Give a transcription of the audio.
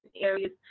areas